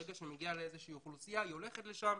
ברגע שהיא מגיעה לאיזושהי אוכלוסייה היא הולכת לשם,